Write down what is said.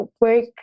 work